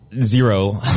zero